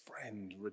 Friend